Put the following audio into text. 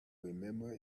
remember